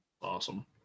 awesome